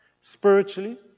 spiritually